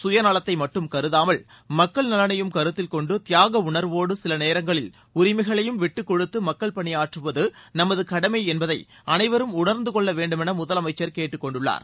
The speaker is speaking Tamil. சுயநலத்தை மட்டும் கருதாமல் மக்கள் நலனையும் கருத்தில் கொண்டு தியாக உணர்வோடு சில நேரங்களில் உரிமைகளையும் விட்டுக்கொடுத்து மக்கள் பணியாற்றுவது நமது கடமை என்பதை அனைவரும் உணர்ந்து கொள்ள வேண்டும் என முதலமைச்சர் கேட்டுக்கொண்டுள்ளார்